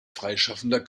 freischaffender